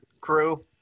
crew